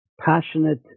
passionate